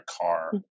car